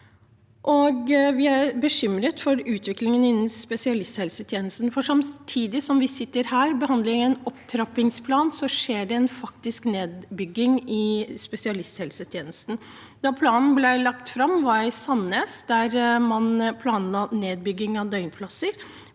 Vi er bekymret for utviklingen innen spesialisthelsetjenesten. Samtidig som vi sitter her og behandler en opptrappingsplan, skjer det en faktisk nedbygging i spesialisthelsetjenesten. Da planen ble lagt fram, var jeg i Sandnes, der man planla nedbygging av døgnplasser.